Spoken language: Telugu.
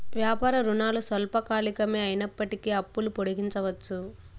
వ్యాపార రుణాలు స్వల్పకాలికమే అయినప్పటికీ అప్పులు పొడిగించవచ్చు